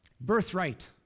birthright